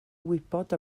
wybod